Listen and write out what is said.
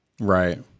Right